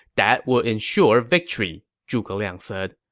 that would ensure victory, zhuge liang said.